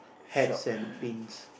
hats and pins